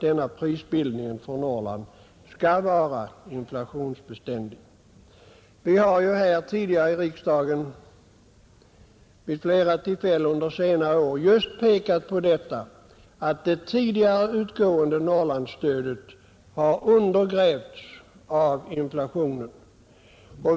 denna prisbildning för Norrland skall vara inflationsbeständig. Vi har ju här i riksdagen vid flera tillfällen under senare år just pekat på att det tidigare utgående Norrlandsstödet har undergrävts av inflationen.